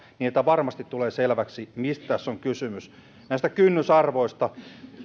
niin että varmasti tulee selväksi mistä tässä on kysymys näistä kynnysarvoista